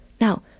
Now